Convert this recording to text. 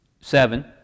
Seven